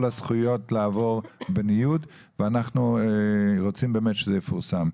הזכויות בניוד ואנחנו רוצים שזה יפורסם.